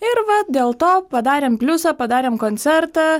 ir va dėl to padarėm pliusą padarėm koncertą